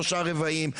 שלושה רבעים,